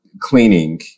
cleaning